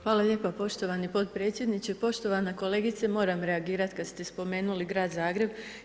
Hvala lijepa poštovani podpredsjedniče, poštovana kolegice moram reagirati kad ste spomenuli Grad Zagreb.